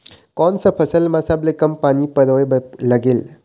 कोन सा फसल मा सबले कम पानी परोए बर लगेल?